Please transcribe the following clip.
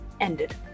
ended